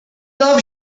love